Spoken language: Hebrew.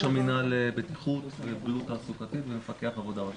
מינהל בטיחות ובריאות תעסוקתית ומפקח עבודה ראשי.